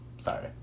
Sorry